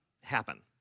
happen